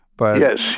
Yes